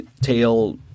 tail